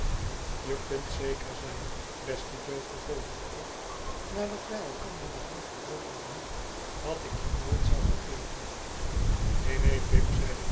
je kunt zeker zijn beste jo vervolgde ik nadat wij elkander de hand gedrukt hadden dat ik je nooit zal vergeten a neen neen pip zeide